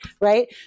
right